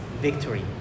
victory